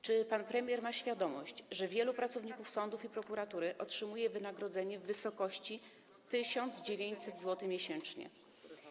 Czy pan premier ma świadomość, że wielu pracowników sądów i prokuratury otrzymuje wynagrodzenie w wysokości 1900 zł miesięcznie?